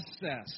process